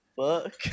Fuck